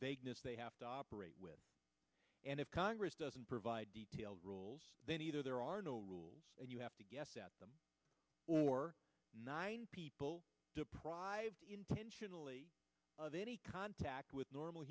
vagueness they have to operate with and if congress doesn't provide detailed rules then either there are no rules and you have to guess at them or not people deprived intentionally of any contact with normal